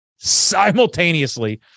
simultaneously